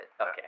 Okay